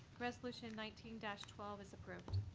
resolution nineteen twelve is approved.